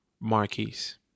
Marquise